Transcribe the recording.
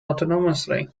autonomously